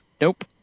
Nope